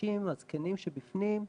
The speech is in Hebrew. הקשישים והזקנים שבפנים,